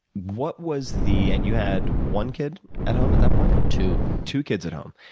what was the and you had one kid at home at that point? two. two kids at home,